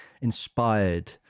inspired